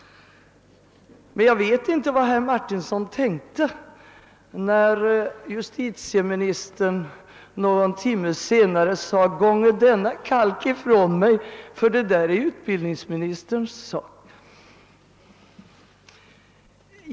Men jag vet inte vad herr Martinsson tänkte när justitieministern någon timme senare sade: Gånge denna kalken ifrån mig — ty det där är utbildningsministerns sak!